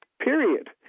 period